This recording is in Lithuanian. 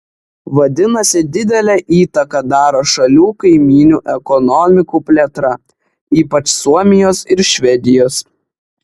vadinasi didelę įtaką daro šalių kaimynių ekonomikų plėtra ypač suomijos ir švedijos